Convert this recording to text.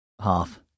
half